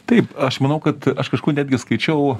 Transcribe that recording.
taip aš manau kad aš kažkur netgi skaičiau